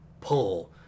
Pull